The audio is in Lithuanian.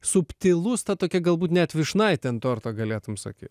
subtilus ta tokia galbūt net vyšnaitė ant torto galėtum sakyt